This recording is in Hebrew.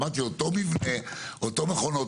אמרתי, אותו מבנה, אותן מכונות.